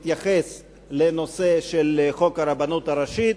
מתייחס לנושא של חוק הרבנות הראשית,